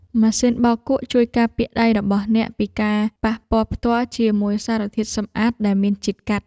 ម៉ាស៊ីនបោកគក់ជួយការពារដៃរបស់អ្នកពីការប៉ះពាល់ផ្ទាល់ជាមួយសារធាតុសម្អាតដែលមានជាតិកាត់។